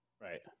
Right